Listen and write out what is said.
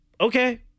okay